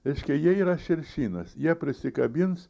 reiškia jie yra širšynas jie prisikabins